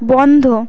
বন্ধ